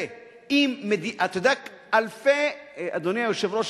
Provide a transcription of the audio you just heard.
אדוני היושב-ראש,